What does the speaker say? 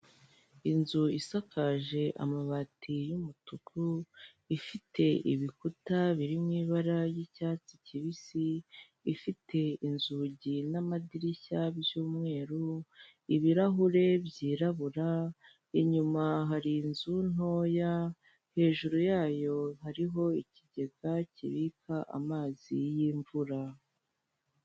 Inzu isakaje amabati y'umutuku, ifite ibikuta biri mu ibara ry'icyatsi kibisi, ifite inzugi n'amadirishya by'umweru, ibirahure byirabura, inyuma hari inzu ntoya, hejuru yayo hariho ikigega kibika amazi y'imvura.